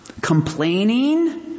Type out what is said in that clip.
Complaining